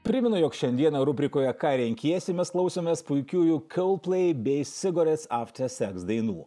primenu jog šiandieną rubrikoje ką renkiesi mes klausomės puikiųjų coldplay bei cigarettes after sex dainų